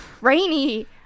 Rainy